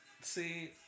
See